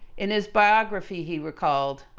in his biography, he recalled, but